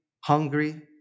hungry